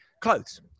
clothes